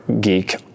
geek